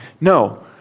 No